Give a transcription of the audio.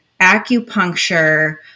acupuncture